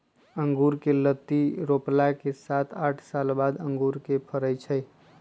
अँगुर कें लत्ति रोपला के सात आठ साल बाद अंगुर के फरइ छइ